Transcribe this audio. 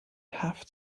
have